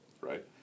right